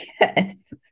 Yes